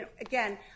again